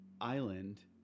Island